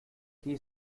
key